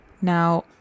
now